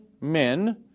men